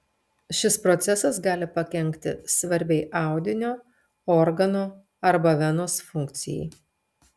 šis procesas gali pakenkti svarbiai audinio organo arba venos funkcijai